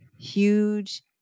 huge